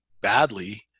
badly